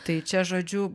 tai čia žodžiu